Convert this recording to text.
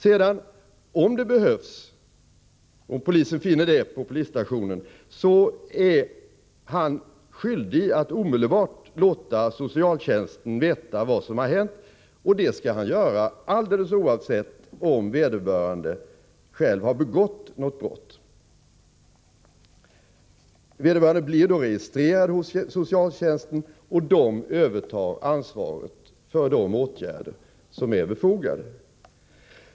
Sedan är polisen — om han på polisstationen finner att detta behövs -— skyldig att omedelbart låta socialtjänsten veta vad som har hänt, och det skall ske alldeles oavsett om den gripne själv begått något brott. Vederbörande blir då registrerad hos socialtjänsten, och socialtjänsten övertar ansvaret för de åtgärder som är befogade.